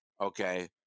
Okay